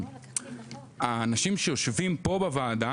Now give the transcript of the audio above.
האנשים שיושבים פה בוועדה,